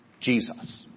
Jesus